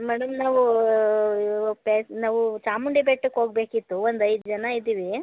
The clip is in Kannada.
ಮೇಡಮ್ ನಾವು ಪ್ಯಾ ನಾವು ಚಾಮುಂಡಿ ಬೆಟ್ಟಕ್ಕೆ ಹೋಗ್ಬೇಕಿತ್ತು ಒಂದು ಐದು ಜನ ಇದ್ದೀವಿ